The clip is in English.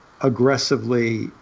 aggressively